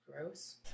Gross